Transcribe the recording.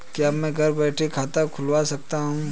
क्या मैं घर बैठे खाता खुलवा सकता हूँ?